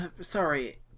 sorry